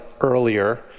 earlier